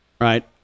right